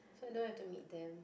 so I don't have to meet them